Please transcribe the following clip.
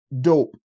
dope